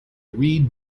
reed